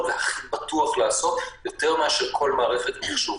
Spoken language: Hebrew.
והכי בטוח לעשות יותר מאשר כל מערכת מחשוב.